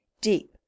deep